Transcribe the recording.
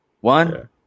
One